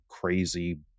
crazy